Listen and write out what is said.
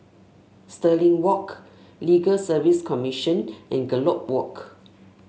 Stirling Walk Legal Service Commission and Gallop Walk